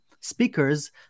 speakers